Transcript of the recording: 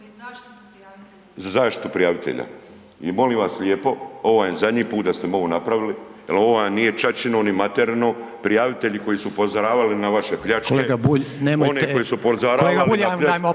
zaštitu prijavitelja/…Za zaštitu prijavitelju? I molim vas lijepo, ovo vam je zadnji put da ste mi ovo napravili jel ovo vam nije ćaćino, ni materino. Prijavitelji koji su upozoravali na vaše pljačke, oni koji su upozoravali na pljačke…